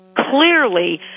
clearly